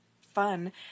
fun